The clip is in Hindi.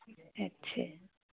अच्छे